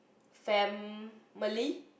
family